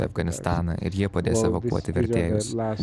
į afganistaną ir jie padės evakuoti vertėjus